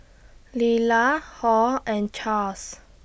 Lila Hall and Charles